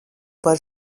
par